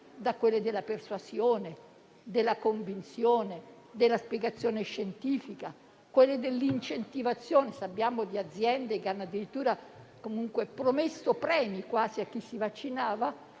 categorie: la persuasione, la convinzione e la spiegazione scientifica a quella dell'incentivazione (sappiamo di aziende che hanno addirittura promesso premi a chi si vaccinava),